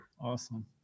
awesome